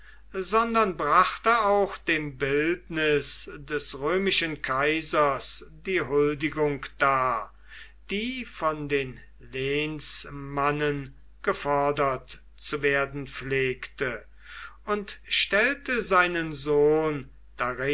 sondern brachte auch dem bildnis des römischen kaisers die huldigung dar die von den lehnsmannen gefordert zu werden pflegte und stellte seinen sohn